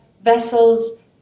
vessels